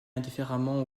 indifféremment